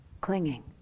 clinging